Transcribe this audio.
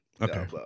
Okay